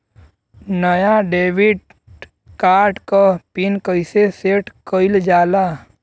नया debit card क PIN कईसे सेट कईल जाला?